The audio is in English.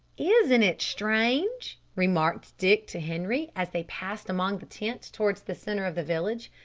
isn't it strange, remarked dick to henri, as they passed among the tents towards the centre of the village,